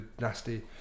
nasty